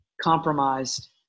compromised